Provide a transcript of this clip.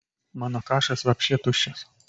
mano kašas vapše tuščias